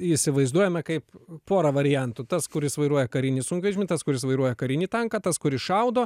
įsivaizduojame kaip pora variantų tas kuris vairuoja karinį sunkvežimį tas kuris vairuoja karinį tanką tas kuris šaudo